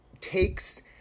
takes